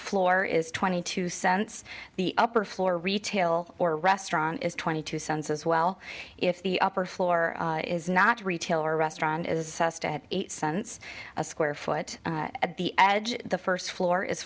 floor is twenty two cents the upper floor retail or restaurant is twenty two sons as well if the upper floor is not retail or restaurant is eight cents a square foot at the edge the first floor is